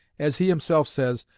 as he himself says,